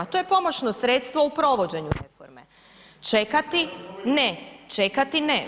To je pomoćno sredstvo u provođenju reforme, čekati ne, čekati ne.